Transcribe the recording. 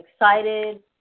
excited